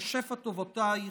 לשפע טובותייך,